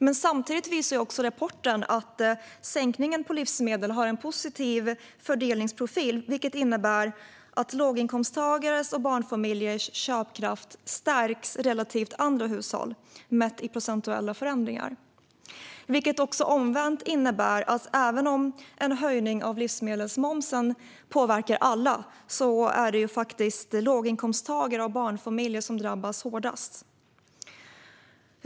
Men samtidigt visar rapporten att sänkningen på livsmedel har en positiv fördelningsprofil, vilket innebär att låginkomsttagares och barnfamiljers köpkraft stärks relativt andra hushåll, mätt i procentuella förändringar. Omvänt innebär detta att även om en höjning av livsmedelsmomsen påverkar alla är det låginkomsttagare och barnfamiljer som drabbas hårdast.